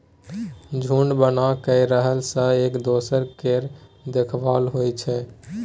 झूंड बना कय रहला सँ एक दोसर केर देखभाल होइ छै